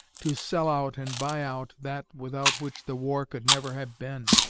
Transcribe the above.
to sell out and buy out that without which the war could never have been,